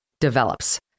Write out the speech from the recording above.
develops